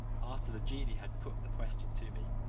after the genie had put the question to me,